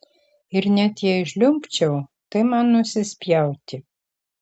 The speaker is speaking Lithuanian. ir net jei žliumbčiau tai man nusispjauti